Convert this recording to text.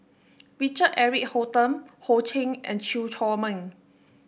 Richard Eric Holttum Ho Ching and Chew Chor Meng